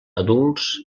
adults